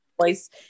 Voice